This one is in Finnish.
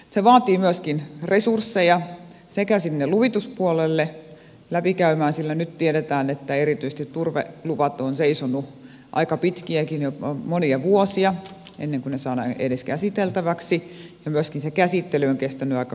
se vaatii myöskin resursseja sinne luvituspuolelle läpikäymään sillä nyt tiedetään että erityisesti turveluvat ovat seisoneet aika pitkäkin aikoja jopa monia vuosia ennen kuin ne saadaan edes käsiteltäviksi ja myöskin se käsittely on kestänyt aika kohtuuttoman kauan